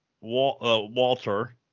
Walter